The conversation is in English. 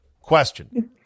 Question